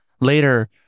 Later